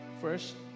First